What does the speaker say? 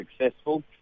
successful